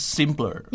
simpler